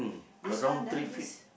this one ah this